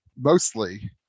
mostly